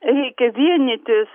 reikia vienytis